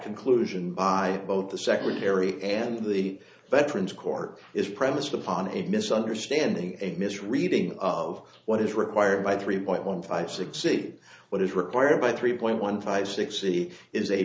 conclusion by both the secretary and the veterans corps is premised upon a misunderstanding a mis reading of what is required by three point one five six eight what is required by three point one five six c is a